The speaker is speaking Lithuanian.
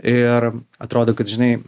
ir atrodo kad žinai